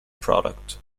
product